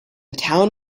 town